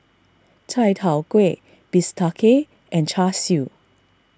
Chai Tow Kway Bistake and Char Siu